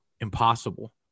impossible